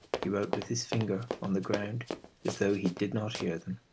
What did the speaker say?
he wrote with his finger on the ground as though he did not hear them,